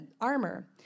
armor